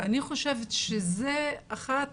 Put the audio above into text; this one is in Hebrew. אני חושבת שזה אחת